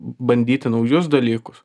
bandyti naujus dalykus